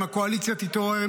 אם הקואליציה תתעורר,